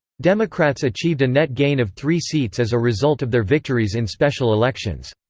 democrats achieved a net gain of three seats as a result of their victories in special elections.